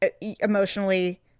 emotionally